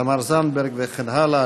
תמר זנדברג וכן הלאה,